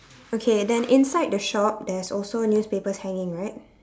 okay then inside the shop there's also newspapers hanging right